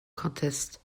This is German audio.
contest